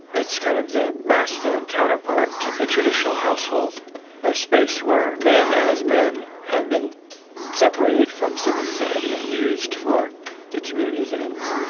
kind of the masculine counterpart to the traditional household ah space where men as men have been separated from civil society and used for the community's ends.